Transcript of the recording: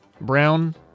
brown